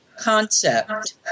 concept